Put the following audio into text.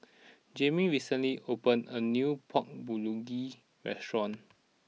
Jamie recently opened a new Pork Bulgogi restaurant